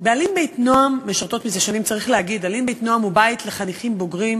"אלין בית נועם" הוא בית לחניכים בוגרים